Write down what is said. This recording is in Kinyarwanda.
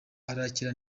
arakira